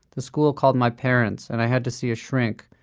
the school called my parents, and i had to see a shrink,